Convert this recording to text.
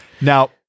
now